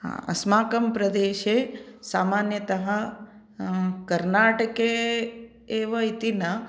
अस्माकं प्रदेशे सामान्यतः कर्नाटके एव इति न